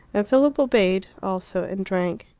and philip obeyed also and drank.